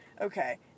Okay